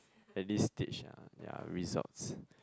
at this stage ah ya results